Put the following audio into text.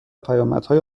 پیامدهای